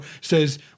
says